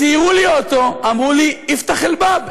ציירו לי אוטו, אמרו לי: אפתח אל-באב.